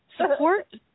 support